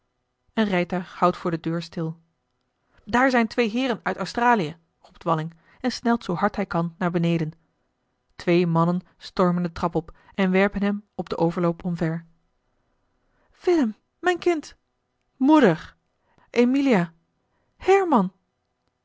houdt voor de deur stil daar zijn twee heeren uit australië roept walling en snelt zoo hard hij kan naar beneden twee mannen stormen de trap op en werpen hem op den overloop omver willem mijn kind moeder emilia herman